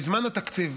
בזמן התקציב,